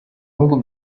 bihugu